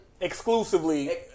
Exclusively